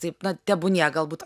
taip na tebūnie galbūt